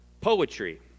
Poetry